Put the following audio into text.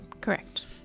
Correct